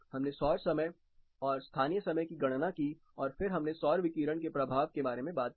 हमने सौर समय और स्थानीय समय की गणना की और फिर हमने सौर विकिरण के प्रभाव के बारे में बात की